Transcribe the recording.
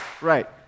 Right